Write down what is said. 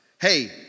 hey